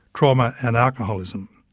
trauma and alcoholism,